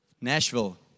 Nashville